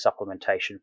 supplementation